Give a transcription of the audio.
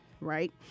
right